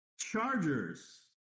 Chargers